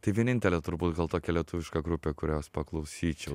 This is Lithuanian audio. tai vienintelė turbūt gal tokia lietuviška grupė kurios paklausyčiau